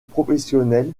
professionnelle